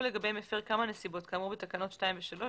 לגבי מפר כמה נסיבות כאמור בתקנות 2 ו-3,